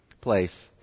place